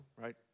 right